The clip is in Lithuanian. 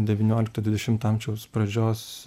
devyniolikto dvidešimto amžiaus pradžios